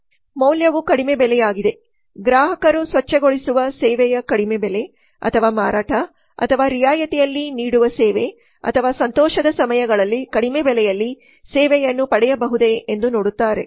ಮೌಲ್ಯವು ಕಡಿಮೆ ಬೆಲೆಯಾಗಿದೆ ಗ್ರಾಹಕರು ಸ್ವಚ್ ಗೊಳಿಸುವ ಸೇವೆಯ ಕಡಿಮೆ ಬೆಲೆ ಅಥವಾ ಮಾರಾಟ ಅಥವಾ ರಿಯಾಯಿತಿಯಲ್ಲಿ ನೀಡುವ ಸೇವೆ ಅಥವಾ ಸಂತೋಷದ ಸಮಯಗಳಲ್ಲಿ ಕಡಿಮೆ ಬೆಲೆಯಲ್ಲಿ ಸೇವೆಯನ್ನು ಪಡೆಯಬಹುದೇ ಎಂದು ನೋಡುತ್ತಾರೆ